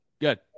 good